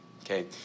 Okay